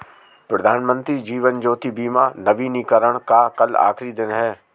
प्रधानमंत्री जीवन ज्योति बीमा नवीनीकरण का कल आखिरी दिन है